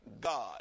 God